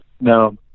No